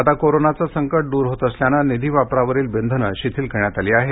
आता कोरोनाचे संकट दूर होत असल्याने निधी वापरावरील बंधने शिथिल करण्यात आली आहेत